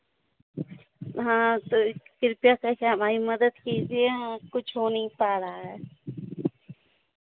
हाँ तो कृपया करके हमारी मदद कीजिए कुछ हो नहीं पा रहा है